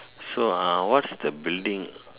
so ah what's the building